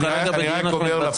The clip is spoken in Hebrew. אנחנו כרגע --- הנמקה.